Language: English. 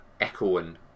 echoing